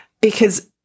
Because-